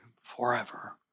forever